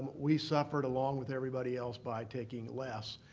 we suffered along with everybody else by taking less,